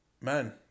man